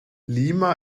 lima